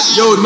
yo